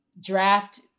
draft